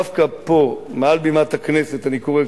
דווקא פה מעל בימת הכנסת אני קורא,